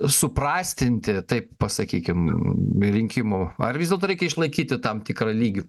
suprastinti taip pasakykim rinkimų ar vis dėlto reikia išlaikyti tam tikrą lygį